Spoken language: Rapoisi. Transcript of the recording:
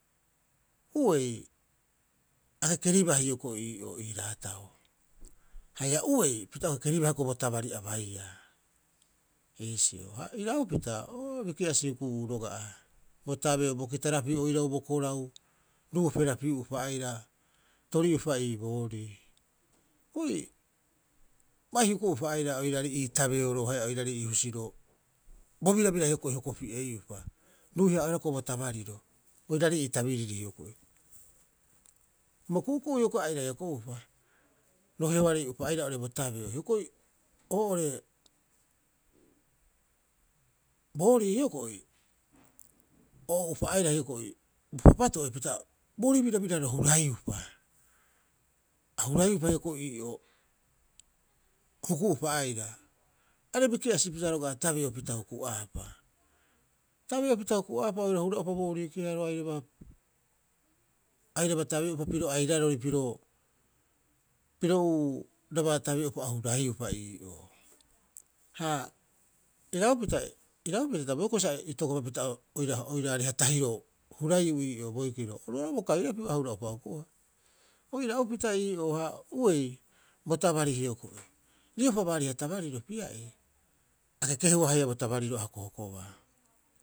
Uei, a kekeribaa hioko'i ii'oo ii raatao, haia uei pita o kekeriba hioko'i bo tabari abaiia iisio. Ha iraupita oo, biki'asi hukubuu roga'a. Bo tabeo bo kitarapiu oirau bo korau, ruuperapiu'upa aira tori'upa iiboorii. Hioko'i bai huku'upa aira oiraarei ii tabeoroo haia oiraarei ii husiroo bo birabira hioko'i hokopi'eiupa. Ruihaa'oehara hioko'i bo tabariro oiraarei ii tabiriri hioko'i. Bo ku'uku'u hioko'i ia airai hokoupa roheoarei'upa aira bo tabeo, hioko'i oo'ore boorii hioko'i o ou'upa aira hioko'i bo papato'e pita boorii birabiraro huraiiupa A huraiupa hioko'i ii'oo huku'upa aira are biki'asipita roga'a tabeopita huku'aapa. Tabeopita huku'aapa oira hura'upa boorii keharo, airaba tabeo'upa piro airarori piro, piro uu. uu raba tabeo'upa o huraiupa ii'oo. Ha iraupita, iraupita hita boikira sa itokopapita oira oiraareha tahiro huraiiu ii'oo, boikiro oru oira bo kairapiu a hura'upa huku'aha. O iraupita ii'oo, ha uei, bo tabari hoko'i, riopa baariha tabariro pia'ii? A kekehua haia bo tabariro a hokohokobaa.